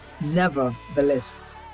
Nevertheless